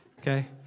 okay